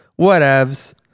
whatevs